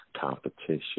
competition